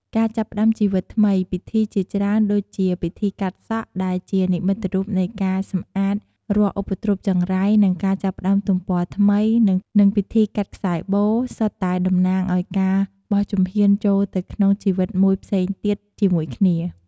ការចាប់ផ្តើមជីវិតថ្មី ពិធីជាច្រើនដូចជា ពិធីកាត់សក់ ដែលជានិមិត្តរូបនៃការសម្អាតរាល់ឧបទ្រពចង្រៃ និងការចាប់ផ្តើមទំព័រថ្មី និងពិធីកាត់ខ្សែបូរ សុទ្ធតែតំណាងឱ្យការបោះជំហានចូលទៅក្នុងជីវិតមួយផ្សេងទៀតជាមួយគ្នា។